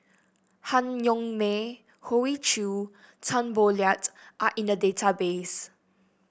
Han Yong May Hoey Choo Tan Boo Liat are in the database